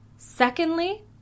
Secondly